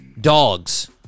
Dogs